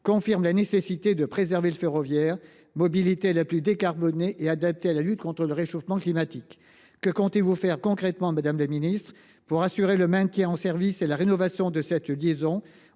confirme la nécessité de préserver le ferroviaire, qui demeure la mobilité la plus décarbonée et la mieux adaptée à la lutte contre le réchauffement climatique. Que comptez vous faire concrètement pour assurer le maintien en service et la rénovation de cette liaison